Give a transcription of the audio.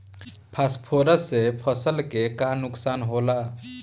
Phosphorus के से फसल के का नुकसान होला?